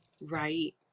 Right